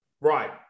Right